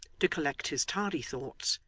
to collect his tardy thoughts,